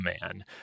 man